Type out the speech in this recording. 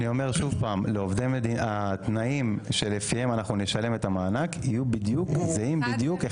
אני אומר שוב פעם: התנאים שלפיהם אנחנו נשלם את המענק יהיו זהים בדיוק,